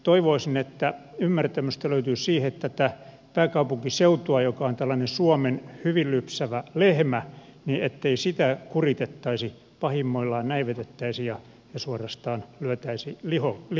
toivoisin että ymmärtämystä löytyisi siihen ettei tätä pääkaupunkiseutua joka on tällainen suomen hyvin lypsävä lehmä kuritettaisi pahimmoillaan näivetettäisi ja suorastaan lyötäisi lihoiksi